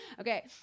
Okay